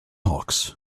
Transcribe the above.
hawks